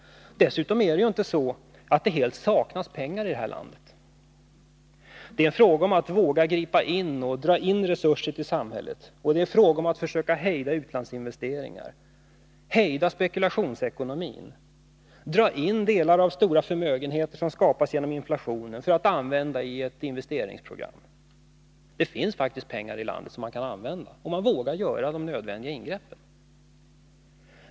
Dessutom är det inte så att det helt saknas pengar i landet. Det är en fråga om att våga gripa in och dra in resurser till samhället, och det är en fråga om att försöka hejda utlandsinvesteringar, hejda spekulationsekonomin, dra fram delar av de stora förmögenheter som skapas genom inflationen för att använda i ett investeringsprogram. Det finns faktiskt pengar i landet som man kan använda — om man vågar göra de nödvändiga ingreppen.